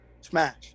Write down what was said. smash